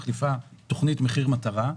מחליפה תוכנית מחיר מטרה,